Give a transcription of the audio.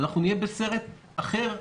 ונהיה בסרט אחר,